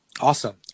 awesome